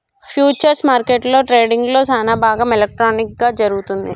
futures మార్కెట్లో ట్రేడింగ్లో సానాభాగం ఎలక్ట్రానిక్ గా జరుగుతుంది